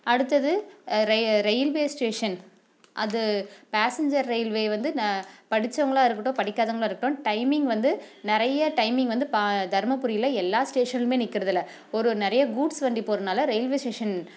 அடுத்தது ர railway station அது பேசஞ்ஜர் ரயில்வே வந்து ந படித்தவங்களா இருக்கட்டும் படிக்காதவங்களா இருக்கட்டும் டைமிங் வந்து நிறைய டைமிங் வந்து பா தருமபுரியில் எல்லா ஸ்டேஷன்லேயுமே நிற்கிறதில்ல ஒரு ஒரு நிறைய கூட்ஸ் வண்டி போகிறதுனால ரயில்வே ஸ்டேஷன்